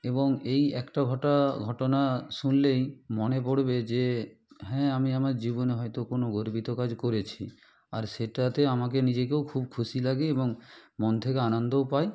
এবং এই একটা ঘটা ঘটনা শুনলেই মনে পড়বে যে হ্যাঁ আমি আমার জীবনে হয়তো কোনও গর্বিত কাজ করেছি আর সেটাতে আমাকে নিজেকেও খুব খুশি লাগে এবং মন থেকে আনন্দও পাই